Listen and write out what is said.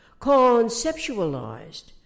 conceptualized